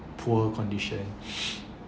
poor condition